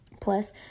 Plus